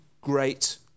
great